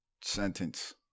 sentence